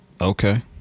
okay